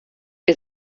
wir